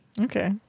Okay